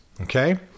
Okay